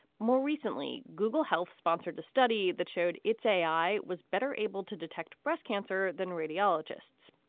more recently, google health sponsored a study that showed its a i. was better able to detect breast cancer than radiologists.